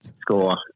score